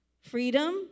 freedom